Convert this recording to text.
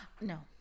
no